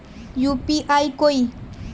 UPI कोई